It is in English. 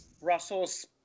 Russell's